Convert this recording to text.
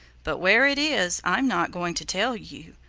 but where it is i'm not going to tell you.